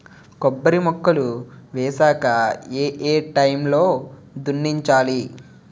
కొబ్బరి మొక్కలు వేసాక ఏ ఏ టైమ్ లో దున్నించాలి?